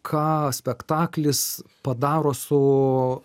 ką spektaklis padaro su